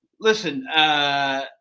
Listen